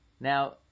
Now